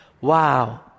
Wow